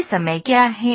ये समय क्या हैं